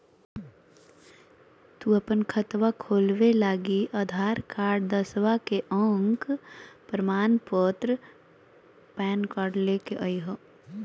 तू अपन खतवा खोलवे लागी आधार कार्ड, दसवां के अक प्रमाण पत्र, पैन कार्ड ले के अइह